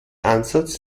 ansatz